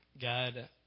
God